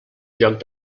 joc